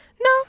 No